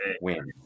win